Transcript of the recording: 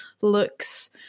looks